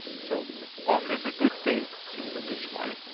so off is a good thing, in this one.